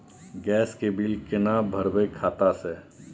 Gas के bill केना भरबै खाता से?